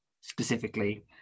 specifically